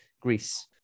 Greece